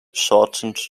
shortened